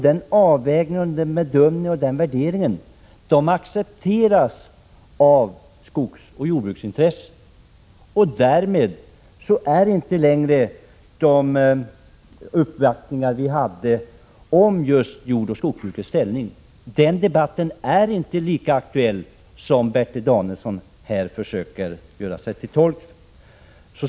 Denna avvägning och värdering accepteras av skogsoch jordbruksintresset, och därmed är de uppvaktningar vi fick om just jordoch skogsbrukets ställning inte längre lika aktuella som Bertil Danielsson försöker göra gällande.